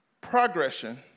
progression